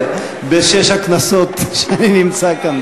בשש הכנסות שאני נמצא כאן,